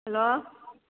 hello